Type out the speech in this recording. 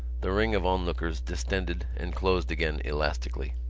the ring of onlookers distended and closed again elastically.